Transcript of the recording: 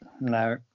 No